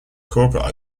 corporate